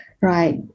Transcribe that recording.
right